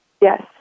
Yes